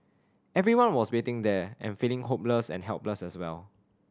everyone was waiting there and feeling hopeless and helpless as well